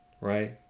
right